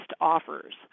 offers